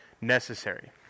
necessary